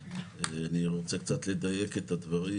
אני רוצה קצת לדייק את הדברים,